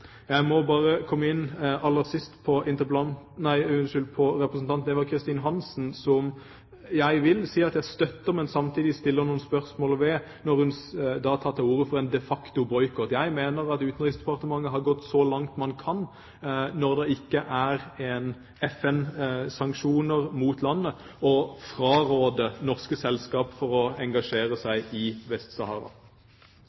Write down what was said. Jeg må bare aller sist komme inn på innlegget til representanten Eva Kristin Hansen, som jeg vil si jeg støtter, men som jeg samtidig stiller noen spørsmål ved, når hun tar til orde for en de facto-boikott. Jeg mener at Utenriksdepartementet har gått så langt man kan når det ikke er FN-sanksjoner mot landet, når man fraråder norske selskaper å engasjere seg